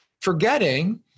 forgetting